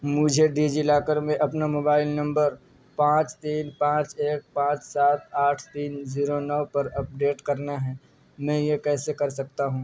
مجھے DigiLocker میں اپنا موبائل نمبر پانچ تین پانچ ایک پانچ سات آٹھ تین زیرو نو پر اپڈیٹ کرنا ہے میں یہ کیسے کر سکتا ہوں